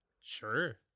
sure